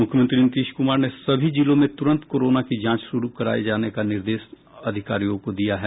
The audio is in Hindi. मुख्यमंत्री नीतीश कुमार ने सभी जिलों में तुरंत कोरोना की जांच शुरू कराये जाने का निर्देश अधिकारियों को दिया है